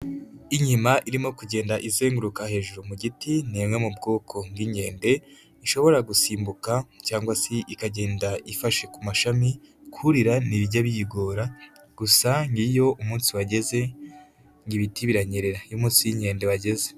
inkima irimo kugenda izenguruka hejuru mu giti, ni imwe mu bwoko bw'inkende ishobora gusimbuka cyangwa se ikagenda ifashe ku mashami, kurira ntibijya biyigora, gusa ngo iyo umunsi wageze ibiti biranyerera, iyo umunsi w'inkende wageze.